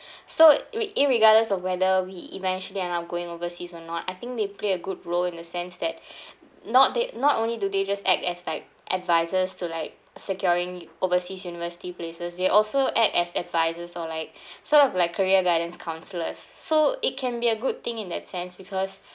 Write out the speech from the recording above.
so we irregardless of whether we eventually end up going overseas or not I think they play a good role in a sense that not they not only do they just act as like advisers to like securing overseas university places they also act as advisers or like sort of like career guidance counsellors so it can be a good thing in that sense because